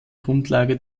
grundlage